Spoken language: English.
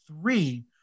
three